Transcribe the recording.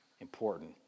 important